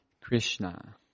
Krishna